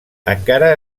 encara